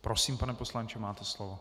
Prosím, pane poslanče, máte slovo.